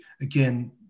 again